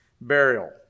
burial